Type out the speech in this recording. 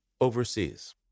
overseas